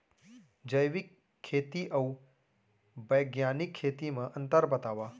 जैविक खेती अऊ बैग्यानिक खेती म अंतर बतावा?